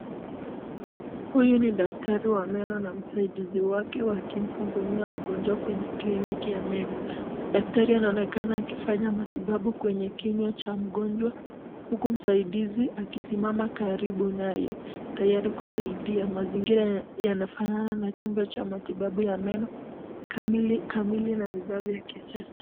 Huyu ni daktari wa meno na msaidizi wake wakimhudumia mgonjwa kwenye kliniki ya meno, daktari anaonekana akifanya matibabu kwenye kinywa cha mgonjwa, huku msaidizi akisimama karibu naye, tayari kusaidia, mazingira yanafanana na chumba cha matibabu ya meno, kamili na vifaa vya kisasa.